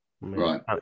Right